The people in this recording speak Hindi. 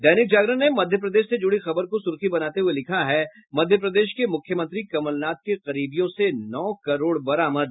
दैनिक जागरण ने मध्य प्रदेश से जुड़ी खबर को सुर्खी बनाते हुये लिखा है मध्य प्रदेश के मुख्यमंत्री कमलनाथ के करीबियों से नौ करोड़ बरामद